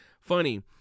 Funny